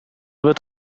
wird